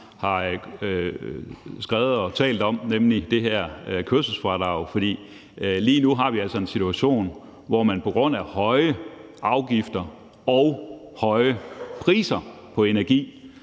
har skrevet og talt om, nemlig det her kørselsfradrag. For lige nu har vi altså en situation, hvor man på grund af høje afgifter og høje priser på energi